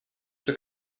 что